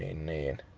need